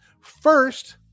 First